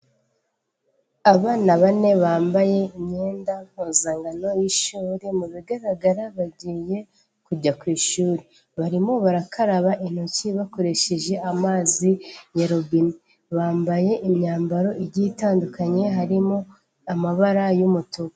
Abana bane bambaye imyenda mpuzankano y'ishuri, mu bigaragara bagiye kujya ku ishuri, barimo barakaraba intoki bakoresheje amazi ya robine, bambaye imyambaro igiye itandukanye, harimo amabara y'umutuku.